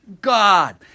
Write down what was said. God